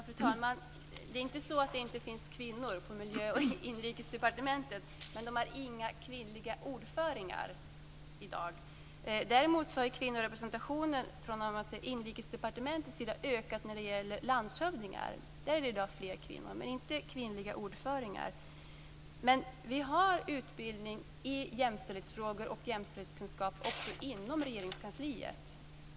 Fru talman! Det är inte så att det inte finns kvinnor på Miljö och Inrikesdepartementet, men de har inga kvinnliga ordförande i dag. Däremot har kvinnorepresentationen från Inrikesdepartementets sida ökat när det gäller landshövdingar. Där är det i dag fler kvinnor. Men det finns inga kvinnliga ordförande. Vi har utbildning i jämställdhetsfrågor och jämställdhetskunskap inom Regeringskansliet.